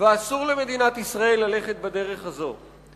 ואסור למדינת ישראל ללכת בדרך הזאת.